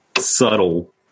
subtle